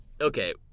okay